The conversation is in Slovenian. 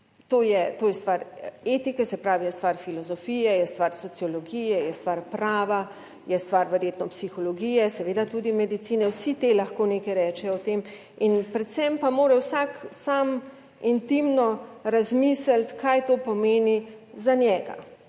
to je stvar etike, se pravi je stvar filozofije, je stvar sociologije, je stvar prava, je stvar verjetno psihologije, seveda tudi medicine; vsi ti lahko nekaj rečejo o tem in predvsem pa mora vsak sam intimno razmisliti, kaj to pomeni za njega,